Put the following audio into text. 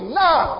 now